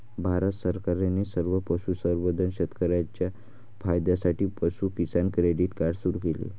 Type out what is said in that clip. भारत सरकारने सर्व पशुसंवर्धन शेतकर्यांच्या फायद्यासाठी पशु किसान क्रेडिट कार्ड सुरू केले